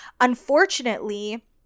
unfortunately